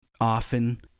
often